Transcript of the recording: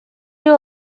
you